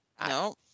No